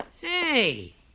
Hey